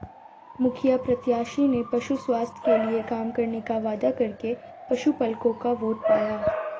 मुखिया प्रत्याशी ने पशु स्वास्थ्य के लिए काम करने का वादा करके पशुपलकों का वोट पाया